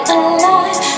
alive